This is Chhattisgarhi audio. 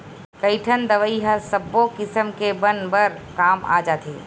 कइठन दवई ह सब्बो किसम के बन बर काम आ जाथे